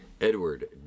Edward